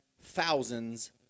thousands